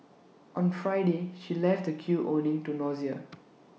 on Friday she left the queue owing to nausea